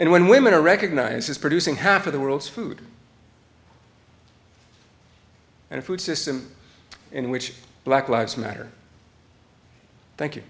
and when women are recognised as producing half of the world's food and food system in which black lives matter